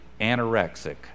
anorexic